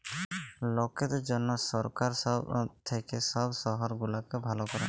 লকদের জনহ সরকার থাক্যে সব শহর গুলাকে ভালা ক্যরে